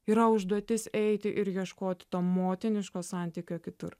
yra užduotis eiti ir ieškoti to motiniško santykio kitur